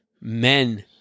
Men